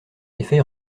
effet